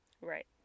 right